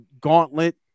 gauntlet